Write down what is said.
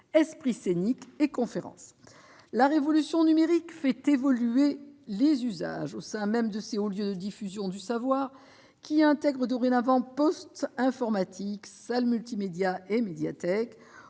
espace scénique et conférences. La révolution numérique fait évoluer les usages au sein même de ces hauts lieux de diffusion du savoir, qui intègrent dorénavant postes informatiques, salles multimédias et médiathèques,